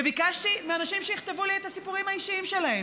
וביקשתי מאנשים שיכתבו לי את הסיפורים האישיים שלהם.